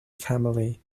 family